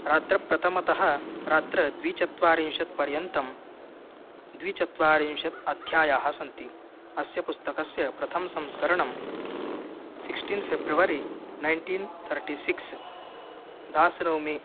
रात्रप्रतमतः रात्रद्विचत्वारिंशत् पर्यन्तं द्विचत्वारिंशत् अध्यायाः सन्ति अस्य पुस्तकस्य प्रथमं संस्करणं sixteen February nineteen thirty six दासरौ मे